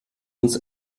uns